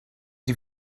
die